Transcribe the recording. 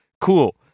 Cool